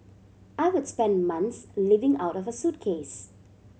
I would spend months living out of a suitcase